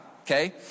okay